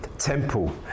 temple